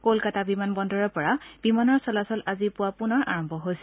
ক'লকাতা বিমান বন্দৰৰ পৰা বিমানৰ চলাচল আজি পুৱা পুনৰ আৰম্ভ হৈছে